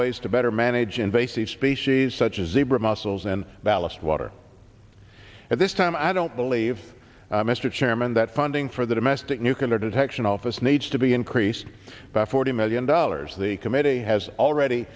ways to better manage invasive species such as zebra mussels and ballast water at this time i don't believe mr chairman that funding for the domestic nuke and or detection office needs to be increased by forty million dollars the committee has already